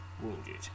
Wounded